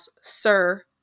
Sir